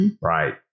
right